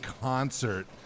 concert